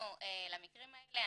נחשפנו למקרים האלה,